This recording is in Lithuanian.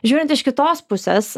žiūrint iš kitos pusės